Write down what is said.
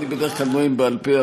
אני בדרך כלל נואם בעל-פה,